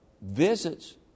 visits